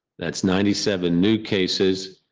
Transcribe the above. that's ninety seven new cases.